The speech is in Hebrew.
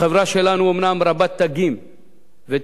החברה שלנו אומנם רבת תגים ותווים,